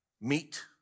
meet